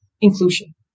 inclusion